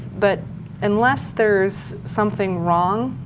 but unless there is something wrong,